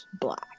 black